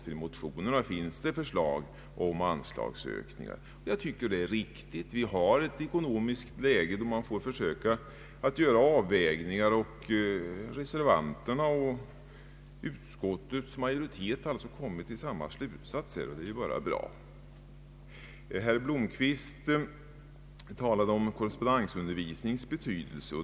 I vissa av motionerna finns förslag om anslagshöjningar. Vi har ett ekonomiskt läge, där man får försöka göra avvägningar. Reservanterna och utskottets majoritet har alltså på den punkten kommit till samma slutsats och det är bara bra. Herr Blomquist talade om korrespondensundervisningens betydelse.